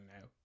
now